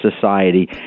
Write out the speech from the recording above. society